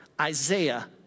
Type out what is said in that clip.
Isaiah